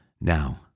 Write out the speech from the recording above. Now